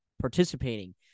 participating